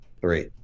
three